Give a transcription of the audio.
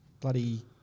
bloody